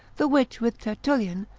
the which with tertullian,